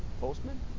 Postman